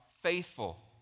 faithful